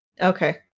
Okay